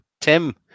Tim